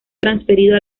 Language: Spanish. transferido